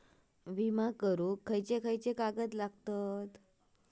विमा करुक काय काय कागद लागतत?